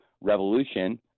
Revolution